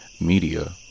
Media